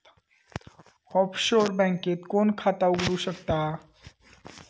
Offshore बँकेत कोण खाता उघडु शकता?